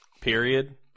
period